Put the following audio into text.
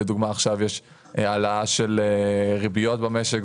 לדוגמה עכשיו יש העלאה של ריביות במשק,